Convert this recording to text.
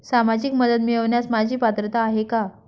सामाजिक मदत मिळवण्यास माझी पात्रता आहे का?